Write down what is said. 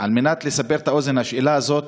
על מנת לסבר את האוזן, השאלה הזאת